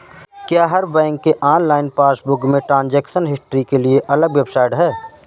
क्या हर बैंक के ऑनलाइन पासबुक में ट्रांजेक्शन हिस्ट्री के लिए अलग वेबसाइट है?